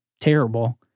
terrible